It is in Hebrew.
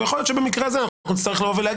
ויכול להיות שבמקרה הזה אנחנו נצטרך להגיד